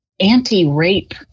Anti-rape